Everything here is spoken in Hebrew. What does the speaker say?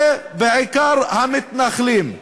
זה בעיקר המתנחלים.